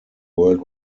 world